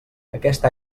aquesta